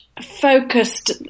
focused